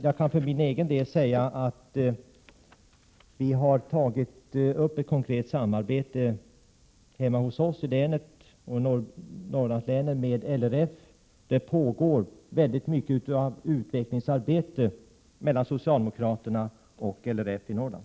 Jag kan för min egen del säga att vi har tagit upp ett konkret samarbete med LRF i mitt hemlän och i övriga Norrlandslän. Mycket utvecklingsarbete görs alltså av socialdemokraterna och LRF i Norrland.